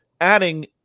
adding